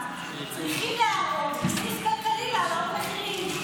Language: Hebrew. צריכים להראות סעיף כלכלי להעלאות מחירים.